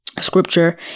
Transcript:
scripture